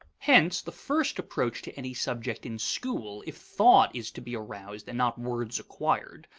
hence the first approach to any subject in school, if thought is to be aroused and not words acquired,